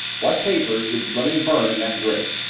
what papers did fleming burn in that grate?